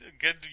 good